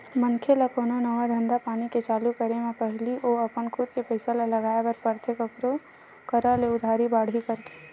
मनखे ल कोनो नवा धंधापानी के चालू करे म पहिली तो अपन खुद के पइसा ल लगाय बर परथे कखरो करा ले उधारी बाड़ही करके